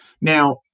Now